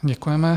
Děkujeme.